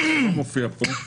זה לא מופיע פה.